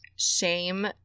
shame